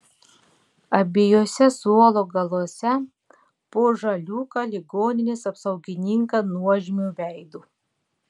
abiejuose suolo galuose po žaliūką ligoninės apsaugininką nuožmiu veidu